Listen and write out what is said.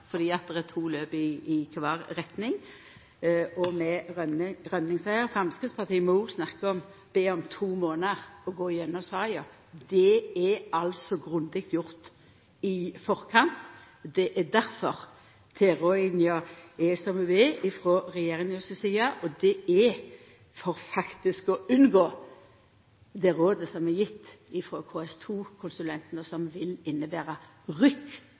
fordi det er to løp i kvar retning, med rømmingsvegar. Framstegspartiet snakkar om å be om to månader til å gå gjennom saka. Det er grundig gjort i forkant. Det er difor tilrådinga er som ho er frå regjeringa si side. Det er faktisk for å unngå det rådet som er gjeve frå KS2-konsulentane, som vil innebera: Rykk